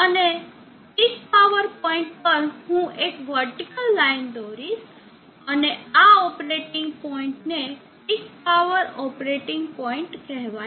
અને peak power point પર હું એક વર્ટીકલ લાઈન દોરીશ અને આ ઓપરેટિંગ પોઇન્ટ ને પીક પાવર ઓપરેટિંગ પોઇન્ટ કહે છે